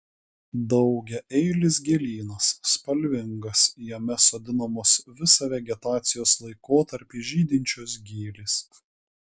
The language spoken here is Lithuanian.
daugiaeilis gėlynas spalvingas jame sodinamos visą vegetacijos laikotarpį žydinčios gėlės